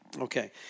Okay